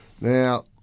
Now